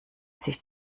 sich